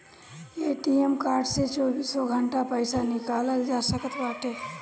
ATM card से चौबीसों घंटा पईसा निकालल जा सकत बाटे